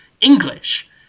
English